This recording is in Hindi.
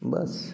बस